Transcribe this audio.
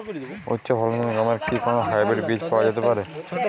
উচ্চ ফলনশীল গমের কি কোন হাইব্রীড বীজ পাওয়া যেতে পারে?